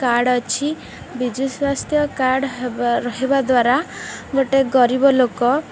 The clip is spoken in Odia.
କାର୍ଡ଼ ଅଛି ବିଜୁ ସ୍ୱାସ୍ଥ୍ୟ କାର୍ଡ଼ ରହିବା ଦ୍ୱାରା ଗୋଟେ ଗରିବ ଲୋକ